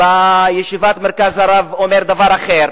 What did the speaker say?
בישיבת "מרכז הרב" אומר דבר אחר.